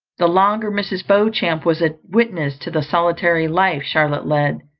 the longer mrs. beauchamp was a witness to the solitary life charlotte led,